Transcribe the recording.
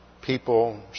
people